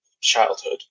childhood